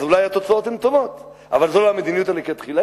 אז אולי התוצאות הן טובות אבל זו לא המדיניות הלכתחילאית,